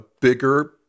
bigger